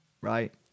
right